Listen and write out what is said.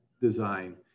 design